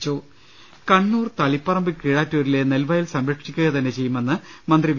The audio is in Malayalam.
്്്്്്്് കണ്ണൂർ തളിപ്പറമ്പ് കീഴാറ്റൂരിലെ നെൽവയൽ സംരക്ഷിക്കു തന്നെ ചെയ്യുമെന്ന് മന്ത്രി വി